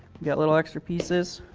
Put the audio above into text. got little extra pieces.